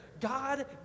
God